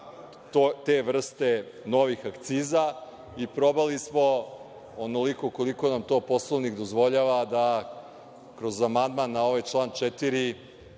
te vrste novih akciza i probali smo, onoliko koliko nam to Poslovnik dozvoljava, kroz amandman na ovaj član 4.